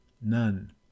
None